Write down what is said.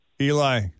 Eli